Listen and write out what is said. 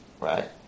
right